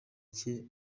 cye